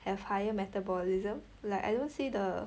have higher metabolism like I don't see the